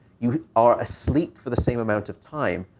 you are asleep for the same amount of time,